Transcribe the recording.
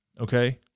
okay